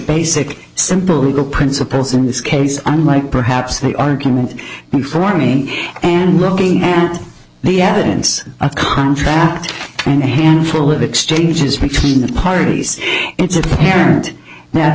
basic simple google principles in this case unlike perhaps the argument before me and looking at the evidence a contract and a handful of exchanges between the parties it's apparent that